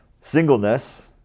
Singleness